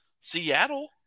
Seattle